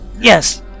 Yes